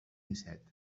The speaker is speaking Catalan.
disset